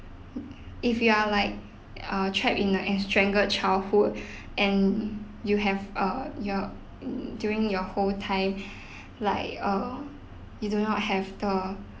if you are like err trapped in a estranged childhood and you have err your during your whole time like err you do not have the